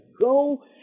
go